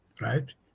right